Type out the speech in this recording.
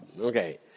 Okay